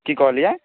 कि कहलिए